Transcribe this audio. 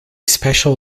special